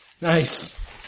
Nice